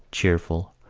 cheerful,